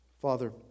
Father